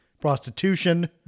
prostitution